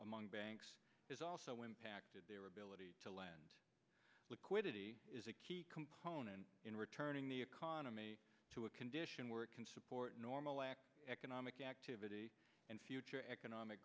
among banks is also impacted their ability to land liquidity is a key component in returning the economy to a condition where it can support normal economic activity in future economic